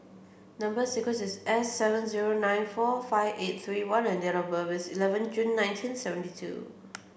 number sequence is S seven zero nine four five eight three one and date of birth is eleven June nineteen seventy two